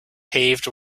paved